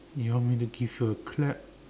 you want me to give you a clap